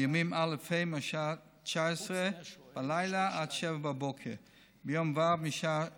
בימים א'-ה' מהשעה 19:00 ועד השעה 07:00 וביום ו' מהשעה